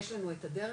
יש לנו את הדרך,